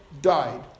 died